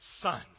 Son